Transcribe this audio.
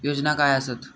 योजना काय आसत?